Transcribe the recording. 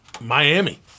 Miami